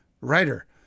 writer